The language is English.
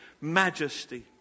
majesty